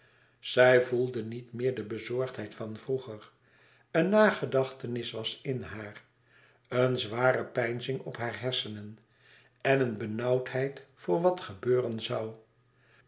zij voelde niet meer de onbezorgdheid van vroeger een nagedachtenis was in haar een zware peinzing op hare hersenen en een benauwdheid voor wat gebeuren zoû